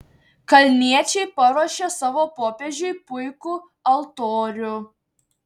kalniečiai paruošė savo popiežiui puikų altorių